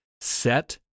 Set